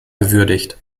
gewürdigt